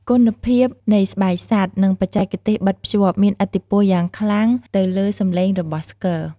គុណភាពនៃស្បែកសត្វ និងបច្ចេកទេសបិទភ្ជាប់ មានឥទ្ធិពលយ៉ាងខ្លាំងទៅលើសម្លេងរបស់ស្គរ។